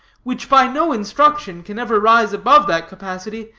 which by no instruction can ever rise above that capacity,